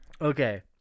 Okay